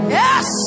yes